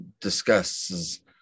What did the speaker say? discusses